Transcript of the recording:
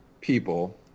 people